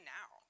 now